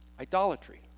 idolatry